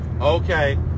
Okay